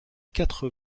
quatre